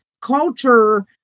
culture